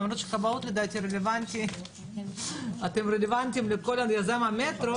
למרות שכבאות לדעתי רלוונטי לכל מיזם המטרו.